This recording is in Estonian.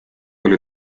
oli